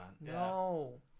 No